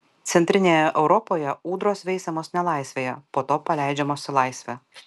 centrinėje europoje ūdros veisiamos nelaisvėje po to paleidžiamos į laisvę